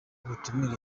ubutumire